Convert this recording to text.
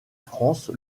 france